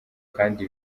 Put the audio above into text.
kandi